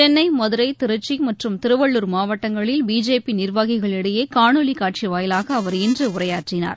சென்னை மதுரை திருச்சிமற்றும் திருவள்ளுர் மாவட்டங்களில் பிஜேபிநிர்வாகிகளிடையேகாணொலிக் காட்சிவாயிலாகஅவர் இன்றுகலந்துரையாடினார்